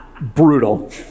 brutal